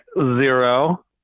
zero